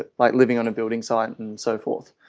ah like living on a building site and so forth?